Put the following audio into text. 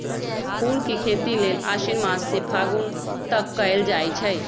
फूल के खेती लेल आशिन मास से फागुन तक कएल जाइ छइ